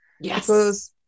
Yes